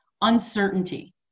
uncertainty